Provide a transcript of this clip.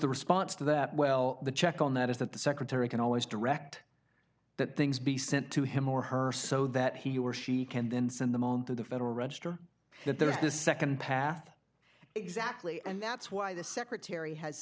the response to that well the check on that is that the secretary can always direct that things be sent to him or her so that he or she can then send them on to the federal register that there is the nd path exactly and that's why the secretary has